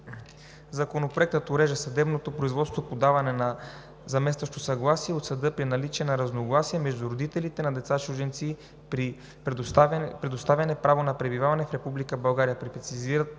Законопроектът урежда съдебното производство по даване на заместващо съгласие от съда при наличие на разногласие между родителите на деца чужденци при предоставяне право на пребиваване в Република България.